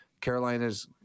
Carolina's